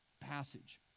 passage